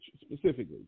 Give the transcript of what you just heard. specifically